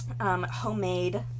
Homemade